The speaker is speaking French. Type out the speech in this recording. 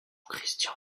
christian